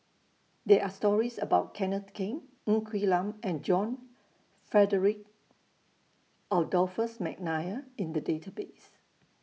There Are stories about Kenneth Keng Ng Quee Lam and John Frederick Adolphus Mcnair in The Database